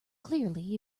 clearly